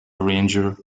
arranger